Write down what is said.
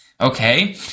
okay